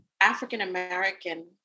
African-American